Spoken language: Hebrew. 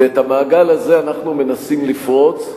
ואת המעגל הזה אנחנו מנסים לפרוץ.